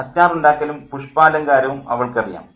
അച്ചാറുണ്ടാക്കലും പുഷ്പാലങ്കാരവും അവൾക്കറിയാം